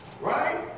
Right